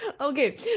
Okay